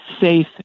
safe